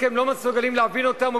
התחילה מלחמת תעלות,